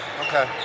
Okay